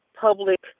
public